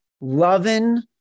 loving